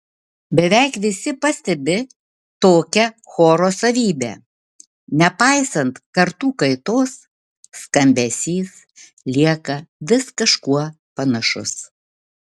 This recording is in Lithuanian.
beveik visi pastebi tokią choro savybę nepaisant kartų kaitos skambesys lieka vis kažkuo panašus